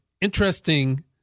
interesting